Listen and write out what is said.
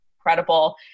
incredible